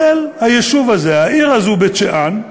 היישוב הזה, העיר הזאת, בית-שאן,